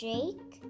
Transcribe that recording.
Jake